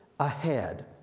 Ahead